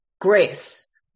grace